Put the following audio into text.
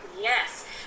yes